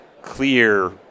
clear